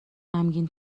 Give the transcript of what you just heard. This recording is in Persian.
غمگین